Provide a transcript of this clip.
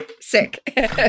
Sick